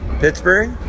Pittsburgh